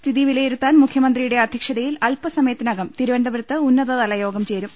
സ്ഥിതി വിലയിരുത്താൻ മുഖ്യമന്ത്രിയുടെ അധ്യക്ഷതയിൽ അൽപ്പസ മയത്തിനകം തിരുവനന്തപുരത്ത് ഉന്നതതലയോഗം ചേരും